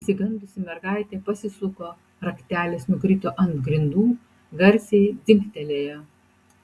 išsigandusi mergaitė pasisuko raktelis nukrito ant grindų garsiai dzingtelėjo